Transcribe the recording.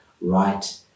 right